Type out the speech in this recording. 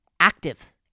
Active